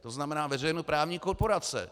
To znamená veřejnoprávní korporace.